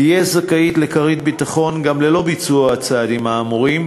תהיה זכאית לכרית ביטחון גם ללא ביצוע הצעדים האמורים,